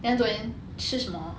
then 昨天吃什么